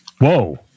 whoa